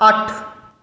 ਅੱਠ